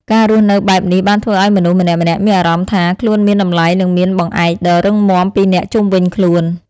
ការរស់នៅបែបនេះបានធ្វើឱ្យមនុស្សម្នាក់ៗមានអារម្មណ៍ថា ខ្លួនមានតម្លៃនិងមានបង្អែកដ៏រឹងមាំពីអ្នកជុំវិញខ្លួន។